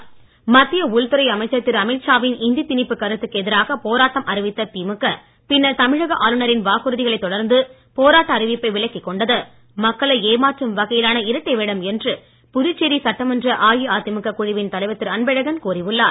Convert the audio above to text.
அன்பழகன் மத்திய உள்துறை அமைச்சர் திரு அமீத்ஷாவின் இந்தி திணிப்பு கருத்துக்கு எதிராக போராட்டம் அறிவித்த திமுக பின்னர் தமிழக ஆளுநரின் வாக்குறுதிகளைத் தொடர்ந்து போராட்ட அறிவிப்பை விலக்கிக் கொண்டது மக்களை ஏமாற்றும் வகையிலான இரட்டை வேடம் என்று புதுச்சேரி சட்டமன்ற அஇஅதிமுக குழுவின் தலைவர் திரு அன்பழகன் கூறி உள்ளார்